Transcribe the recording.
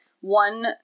one